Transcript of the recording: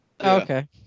Okay